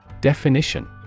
Definition